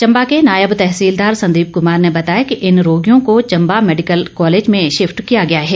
चंबा के नायब तहसीलदार संदीप कुमार ने बताया कि इन रोगियों को चंबा मैडिकल कॉलेज में शिफ्ट किया गया है